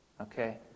Okay